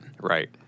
Right